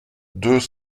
deux